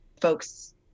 folks